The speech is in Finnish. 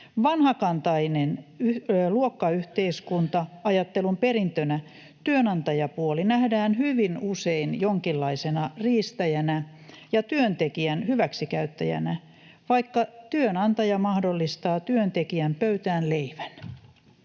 vanhakantainen. Luokkayhteiskunta-ajattelun perintönä työnantajapuoli nähdään hyvin usein jonkinlaisena riistäjänä ja työntekijän hyväksikäyttäjänä, vaikka työnantaja mahdollistaa työntekijän pöytään leivän.